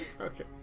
Okay